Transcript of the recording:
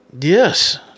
Yes